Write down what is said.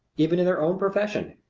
even in their own profession.